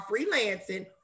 freelancing